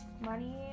money